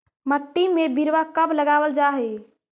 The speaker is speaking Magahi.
मिट्टी में बिरवा कब लगावल जा हई?